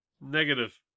Negative